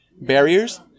barriers